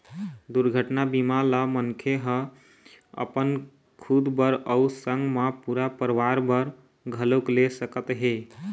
दुरघटना बीमा ल मनखे ह अपन खुद बर अउ संग मा पूरा परवार बर घलोक ले सकत हे